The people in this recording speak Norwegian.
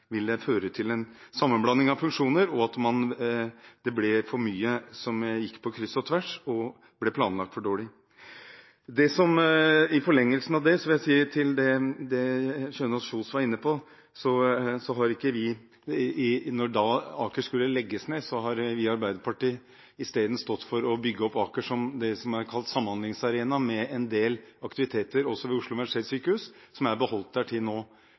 vil jeg si til det Kjønaas Kjos var inne på, at da Aker skulle legges ned, sto vi i Arbeiderpartiet i stedet for å bygge opp Aker som det som er kalt samhandlingsarena, med en del aktiviteter også ved Oslo universitetssykehus, som er beholdt der til nå.